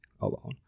alone